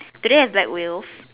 do they have black wheels